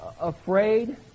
afraid